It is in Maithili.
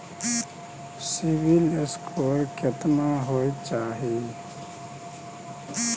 सिबिल स्कोर केतना होय चाही?